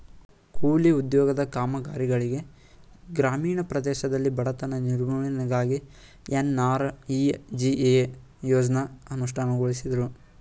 ಕೂಲಿ ಉದ್ಯೋಗದ ಕಾಮಗಾರಿಗಳಿಗೆ ಗ್ರಾಮೀಣ ಪ್ರದೇಶದಲ್ಲಿ ಬಡತನ ನಿರ್ಮೂಲನೆಗಾಗಿ ಎನ್.ಆರ್.ಇ.ಜಿ.ಎ ಯೋಜ್ನ ಅನುಷ್ಠಾನಗೊಳಿಸುದ್ರು